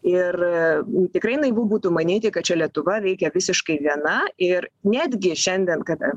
ir tikrai naivu būtų manyti kad čia lietuva veikia visiškai viena ir netgi šiandien kada